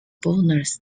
bonus